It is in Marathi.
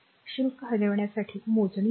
शुल्क हलविण्यासाठी मोजणी असते